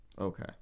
Okay